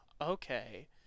okay